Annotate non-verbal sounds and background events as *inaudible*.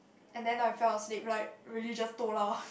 and then I fell asleep like really just toh lah *breath*